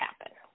happen